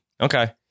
Okay